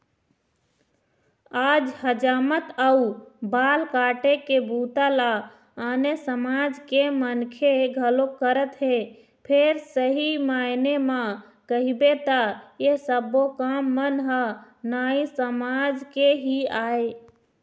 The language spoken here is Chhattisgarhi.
आज हजामत अउ बाल काटे के बूता ल आने समाज के मनखे घलोक करत हे फेर सही मायने म कहिबे त ऐ सब्बो काम मन ह नाई समाज के ही आय